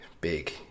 big